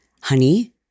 honey